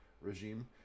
regime